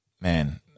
man